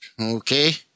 okay